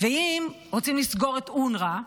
אם רוצים לסגור את אונר"א,